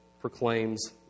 proclaims